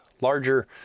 larger